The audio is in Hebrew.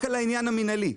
רק על העניין המינהלי.